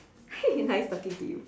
nice talking to you